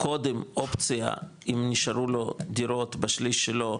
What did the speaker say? קודם אופציה אם נשארו לו דירות בשליש לו,